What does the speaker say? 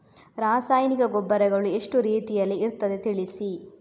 ರಾಸಾಯನಿಕ ಗೊಬ್ಬರಗಳು ಎಷ್ಟು ರೀತಿಯಲ್ಲಿ ಇರ್ತದೆ ತಿಳಿಸಿ?